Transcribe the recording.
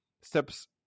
steps